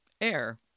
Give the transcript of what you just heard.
Air